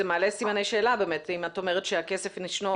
מעלה סימני שאלה אם את אומרת שהכסף ישנו.